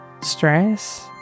stress